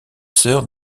sœur